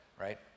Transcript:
right